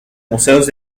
museos